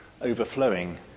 overflowing